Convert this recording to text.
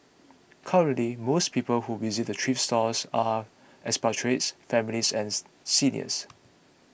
currently most people who visit the thrift stores are expatriates families and seniors